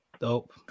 Dope